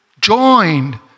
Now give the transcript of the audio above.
joined